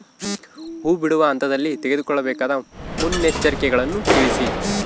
ಹೂ ಬಿಡುವ ಹಂತದಲ್ಲಿ ತೆಗೆದುಕೊಳ್ಳಬೇಕಾದ ಮುನ್ನೆಚ್ಚರಿಕೆಗಳನ್ನು ತಿಳಿಸಿ?